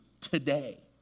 today